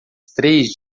três